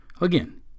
Again